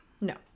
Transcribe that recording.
No